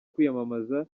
kwiyamamaza